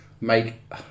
make